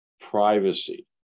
privacy